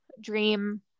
dream